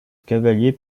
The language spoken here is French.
cavalier